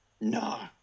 No